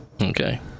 Okay